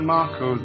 Marco